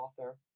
author